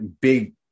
big